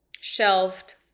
shelved